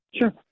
Sure